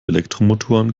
elektromotoren